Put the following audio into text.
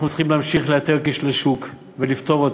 אנחנו צריכים להמשיך לאתר כשלי שוק ולפתור את